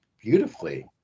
beautifully